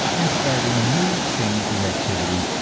and starting new chains of activity,